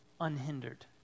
unhindered